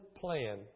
plan